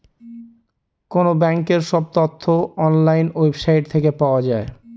কোনো ব্যাঙ্কের সব তথ্য অনলাইন ওয়েবসাইট থেকে পাওয়া যায়